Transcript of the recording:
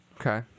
Okay